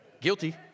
Guilty